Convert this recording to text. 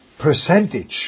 percentage